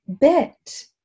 bit